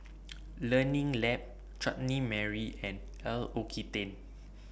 Learning Lab Chutney Mary and L'Occitane